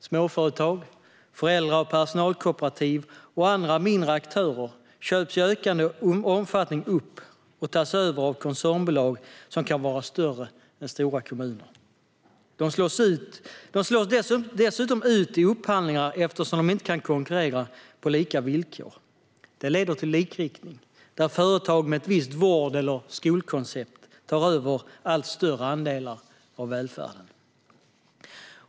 Småföretag, föräldra och personalkooperativ och andra mindre aktörer köps i ökande omfattning upp och tas över av koncernbolag som kan vara större än stora kommuner. De slås dessutom ut i upphandlingar eftersom de inte kan konkurrera på lika villkor. Detta leder till likriktning där företag med ett visst vård eller skolkoncept tar över allt större andelar av välfärden.